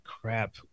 crap